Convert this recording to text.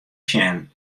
sjen